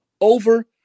Over